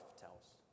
tells